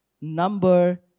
number